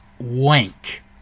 wank